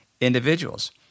individuals